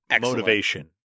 motivation